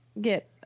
Get